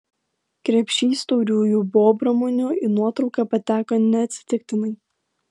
krepšys tauriųjų bobramunių į nuotrauką pateko neatsitiktinai